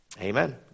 Amen